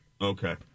Okay